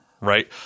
right